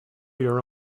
your